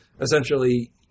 essentially